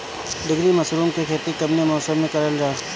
ढीघरी मशरूम के खेती कवने मौसम में करल जा?